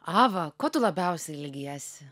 ava ko tu labiausiai ilgiesi